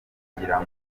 ngira